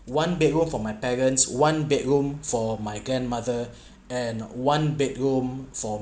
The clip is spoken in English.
one bedroom for my parents one bedroom for my grandmother and one bedroom for